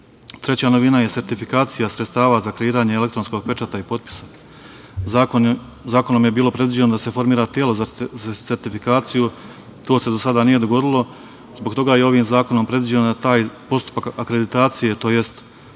novina je sertifikacija sredstava za kreiranje elektronskog pečata i potpisa. Zakonom je bilo predviđeno da se formira telo za sertifikaciju, ali to se do sada nije dogodilo. Zbog toga je ovim zakonom predviđeno da taj postupak akreditacije, tj.